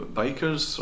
bikers